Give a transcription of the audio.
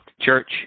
church